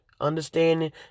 understanding